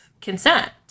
consent